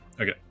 Okay